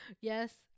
Yes